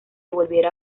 volviera